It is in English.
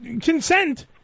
consent